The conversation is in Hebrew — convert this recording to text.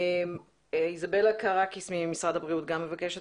איזבלה קרקיס ממשרד הבריאות מבקשת